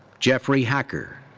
jeffrey hacker.